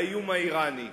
האיום האירני.